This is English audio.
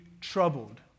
troubled